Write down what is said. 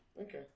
Okay